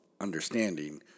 understanding